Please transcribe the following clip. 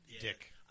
dick